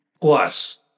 plus